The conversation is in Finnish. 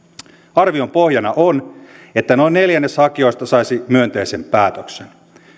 arvion pohjana on että noin neljännes hakijoista saisi myönteisen päätöksen